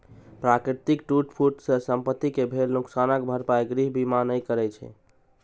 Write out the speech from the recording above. प्राकृतिक टूट फूट सं संपत्ति कें भेल नुकसानक भरपाई गृह बीमा नै करै छै